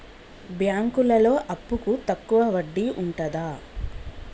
బ్యాంకులలో అప్పుకు తక్కువ వడ్డీ ఉంటదా?